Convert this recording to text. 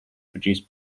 produce